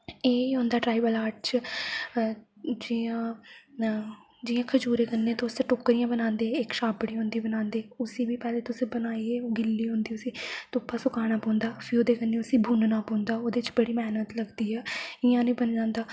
एह् ही होंदा ट्राइबल आर्ट च जियां खजूरे कन्नै तुस टोकरियां बनांदे खजूरे कन्नै इक छाबड़ी बनांदे उस्सी बी पैह्ले तुस बन्निये ओह् गिल्ली होंदी उस्सी बी पैह्ले धुप्पा सकाना पौंदा ओह्दे कन्नै उस्सी बुन ना पौंदा बड़ी मेह्नत लगदी ऐ से इ'यै निं बनी जंदा